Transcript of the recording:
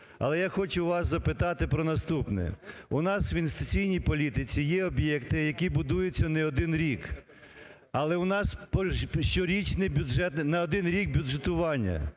Але я хочу вас запитати про наступне. У нас в інвестиційній політиці є об'єкти, які будуються не один рік, але у нас щорічні бюджети, на один рік бюджетування.